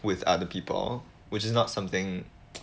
with other people which is not something